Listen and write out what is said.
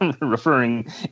Referring